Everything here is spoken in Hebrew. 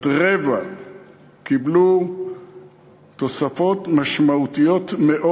זאת אומרת, רבע קיבלו תוספות משמעותיות מאוד.